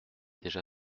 déjà